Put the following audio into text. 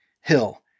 Hill